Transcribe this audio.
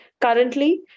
Currently